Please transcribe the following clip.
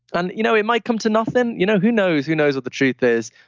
and you know it might come to nothing you know who knows, who knows what the truth is.